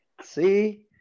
See